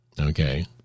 okay